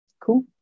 Cool